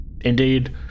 Indeed